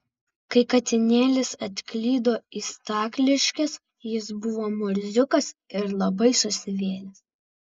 kai katinėlis atklydo į stakliškes jis buvo murziukas ir labai susivėlęs